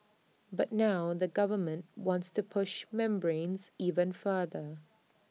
but now the government wants to push membranes even further